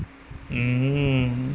mm